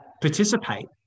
participate